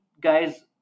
guys